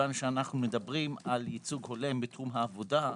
כיוון שאנו מדברים על ייצוג הולם בתחום העבודה,